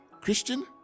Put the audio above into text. Christian